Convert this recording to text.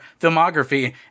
filmography